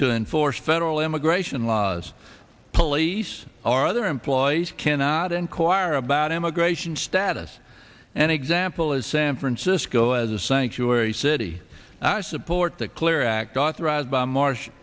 to enforce federal immigration laws police or other employees cannot inquire about immigration status and example is san francisco as a sanctuary city i support that clear act authorized by